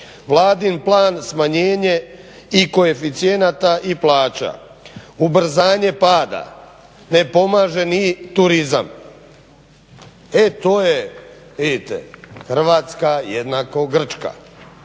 vladin plan smanjenje i koeficijenata i plaća, ubrzanje pada, ne pomaže ni turizam. E to je vidite Hrvatska=Grčka, da